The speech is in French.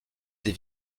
des